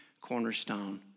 cornerstone